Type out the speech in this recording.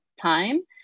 time